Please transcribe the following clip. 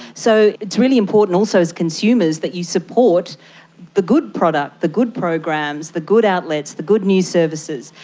so it's really important also as consumers that you support the good product, the good programs, the good outlets, the good news services.